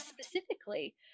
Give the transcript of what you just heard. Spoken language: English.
specifically